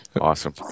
Awesome